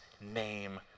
name